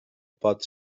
pot